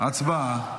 הצבעה.